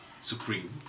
supreme